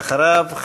ואחריו,